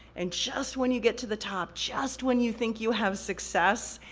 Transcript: and just when you get to the top, just when you think you have success,